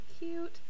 cute